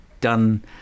done